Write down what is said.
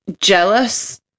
jealous